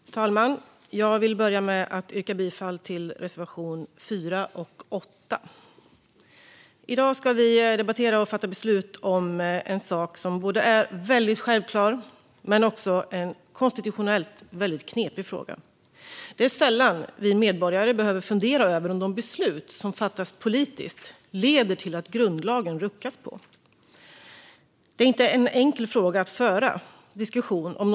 Fru talman! Jag vill börja med att yrka bifall till reservationerna 4 och 8. I dag ska vi debattera och fatta beslut om en sak som är väldigt självklar men som också är en konstitutionellt väldigt knepig fråga. Det är sällan vi medborgare behöver fundera över om de beslut som fattas politiskt leder till att grundlagen ruckas på. Det är inte en enkel fråga att föra diskussion om.